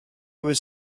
was